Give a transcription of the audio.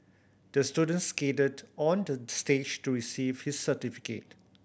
the student skated on the stage to receive his certificate